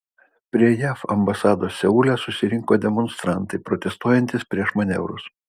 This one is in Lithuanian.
prie jav ambasados seule susirinko demonstrantai protestuojantys prieš manevrus